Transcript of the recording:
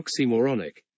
oxymoronic